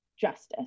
justice